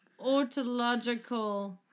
autological